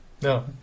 No